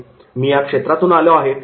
'मी या क्षेत्रातून आलो आहे